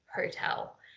Hotel